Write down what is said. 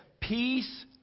Peace